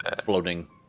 floating